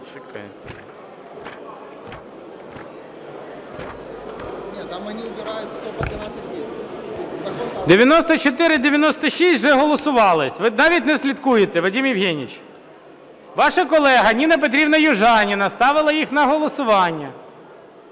94, 96 – вже голосувались. Ви навіть не слідкуєте, Вадим Євгенович. Ваша колега Ніна Петрівна Южаніна ставила їх на голосування.